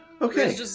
Okay